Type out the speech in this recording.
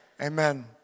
Amen